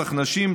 רצח נשים,